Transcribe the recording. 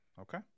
okay